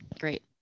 great